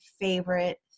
favorite